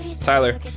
tyler